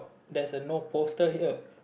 there's a no poster here